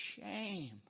shame